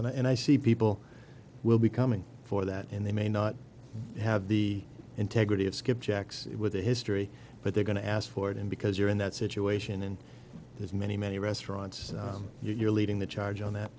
and i see people will be coming for that and they may not have the integrity of skipjack sit with the history but they're going to ask for it and because you're in that situation and there's many many restaurants and you're leading the charge on that